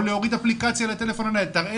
או להוריד אפליקציה לטלפון הנייד: תראה